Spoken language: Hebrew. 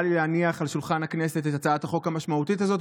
להניח על שולחן הכנסת את הצעת החוק המשמעותית הזאת,